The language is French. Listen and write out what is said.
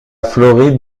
floride